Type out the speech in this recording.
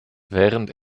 während